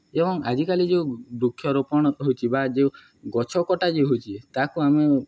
ଏବଂ ଆଜିକାଲି ଯେଉଁ ବୃକ୍ଷରୋପଣ ହେଉଛି ବା ଯେଉଁ ଗଛ କଟା ଯେଉଁ ହେଉଛି ତାକୁ ଆମେ